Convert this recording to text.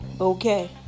okay